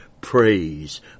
praise